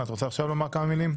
את רוצה עכשיו לומר כמה מילים?